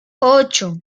ocho